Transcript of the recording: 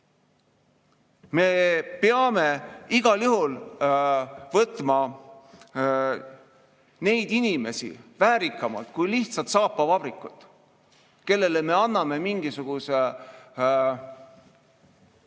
Me peame igal juhul võtma neid inimesi väärikamalt kui lihtsalt saapavabrikut, kellele me anname mingisuguse võrgutasu